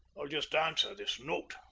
i'll just answer this note.